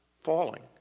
falling